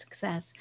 success